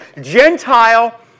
Gentile